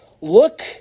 Look